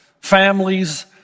families